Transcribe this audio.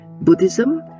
Buddhism